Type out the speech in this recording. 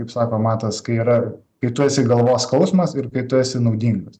kaip sako matas kai yra kai tu esi galvos skausmas ir kai tu esi naudingas